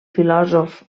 filòsof